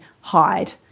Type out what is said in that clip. hide